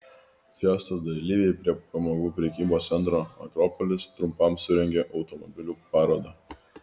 fiestos dalyviai prie pramogų prekybos centro akropolis trumpam surengė automobilių parodą